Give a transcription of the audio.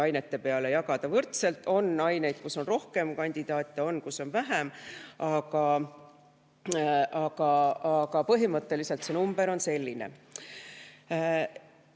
ainete peale ära jagada. On aineid, kus on rohkem kandidaate, on neid, kus on vähem. Aga põhimõtteliselt see number on selline.